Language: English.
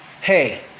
Hey